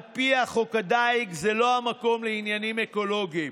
ועל פיה חוק הדיג זה לא המקום לעניינים אקולוגיים.